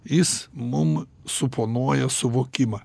jis mum suponuoja suvokimą